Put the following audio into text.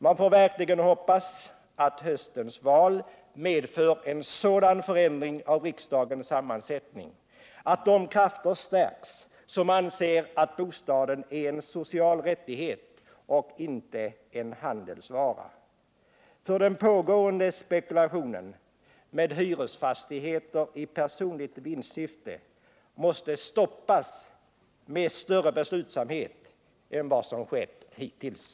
Man får verkligen hoppas att höstens val medför en sådan förändring av riksdagens sammansättning att de krafter stärks som anser att bostaden är en social rättighet och inte en handelsvara, för den pågående spekulationen med hyresfastigheter i personligt vinstsyfte måste stoppas med större beslutsamhet än vad som skett hittills.